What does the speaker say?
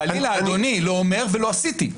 חלילה אדוני, לא אומר ולא עשיתי.